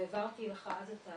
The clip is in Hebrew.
העברתי לך אז,